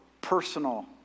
personal